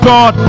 God